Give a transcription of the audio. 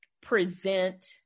present